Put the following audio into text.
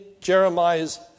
Jeremiah's